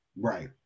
Right